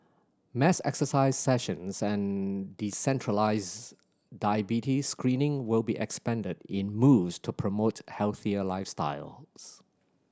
mass exercise sessions and decentralised diabetes screening will be expanded in moves to promote healthier lifestyles